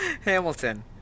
Hamilton